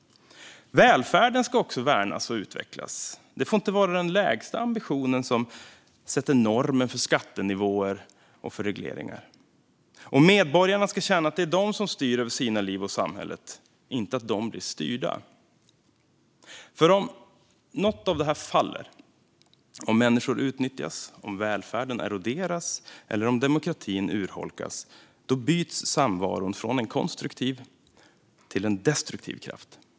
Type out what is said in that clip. Välfärden ska också värnas och utvecklas. Det får inte vara den lägsta ambitionen som sätter normen för skattenivåer och regleringar. Medborgarna ska känna att det är de som styr över sina liv och över samhället - inte att de blir styrda. Om något av detta faller - om människor utnyttjas, välfärden eroderas eller demokratin urholkas - förändras samvaron från en konstruktiv till en destruktiv kraft.